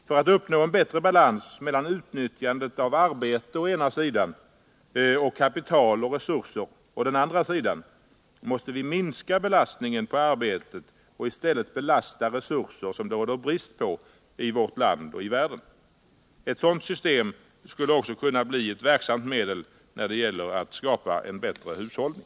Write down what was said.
För att uppnå en bättre balans mellan utnyttjandet av arbete å ena sidan och kapital och resurser å den andra måste vi minska belastningen på arbetet och i stället belasta resurser som det råder brist på i vårt land och i världen. Ett sådant system skulle också kunna bli ett verksamt medel när det gäller att skapa en bättre hushållning.